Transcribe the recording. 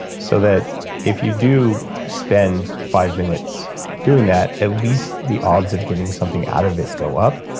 so that if you do spend five minutes doing that, at least the odds of getting something out of it go up.